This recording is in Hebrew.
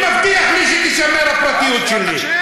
מי מבטיח לי שתישמר הפרטיות שלי?